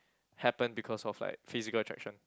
happen because of like physical attraction